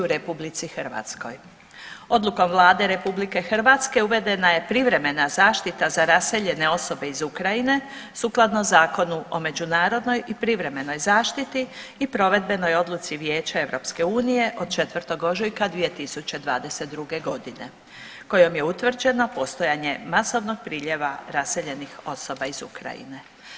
Odlukom Vlade RH uvedena je privremena zaštita za raseljene osobe iz Ukrajine sukladno Zakonu o međunarodnoj i privremenoj zaštiti i provedbenoj odluci Vijeća EU od 4. ožujka 2022. godine kojom je utvrđeno postojanje masovnog priljeva raseljenih osoba iz Ukrajine.